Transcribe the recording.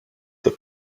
the